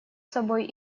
собой